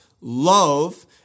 love